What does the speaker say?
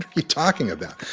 you talking about?